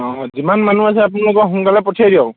অঁ যিমান মানুহ আছে আপোনালোকৰ সোনকালে পঠিয়াই দিয়ক